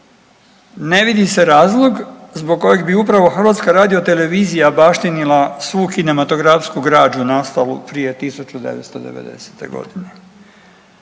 Ne vidi se razlog zbog kojeg bi upravo HRT baštinila svu kinematografsku građu nastalu prije 1990. g.